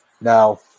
Now